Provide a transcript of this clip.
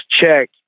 check